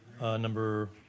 Number